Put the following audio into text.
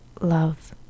love